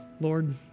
Lord